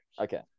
Okay